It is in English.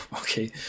okay